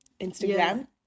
Instagram